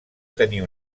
tenir